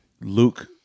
Luke